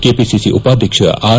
KPCC ಉಪಾಧ್ಯಕ್ಷ R